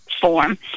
form